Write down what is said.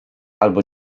albo